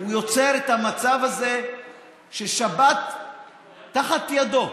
הוא יוצר את המצב הזה ששבת תחת ידו,